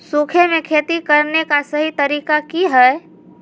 सूखे में खेती करने का सही तरीका की हैय?